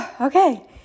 okay